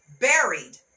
buried